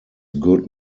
good